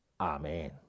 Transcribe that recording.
Amen